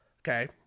Okay